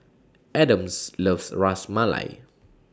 Adams loves Ras Malai